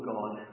God